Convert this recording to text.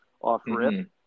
off-rip